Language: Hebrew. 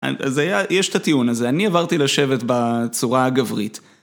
יש את הטיעון הזה, אני עברתי לשבת בצורה הגברית.